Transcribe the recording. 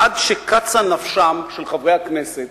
עד שקצה נפשם של חברי הכנסת,